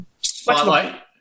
Spotlight